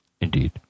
Indeed